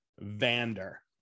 vander